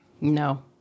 No